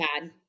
bad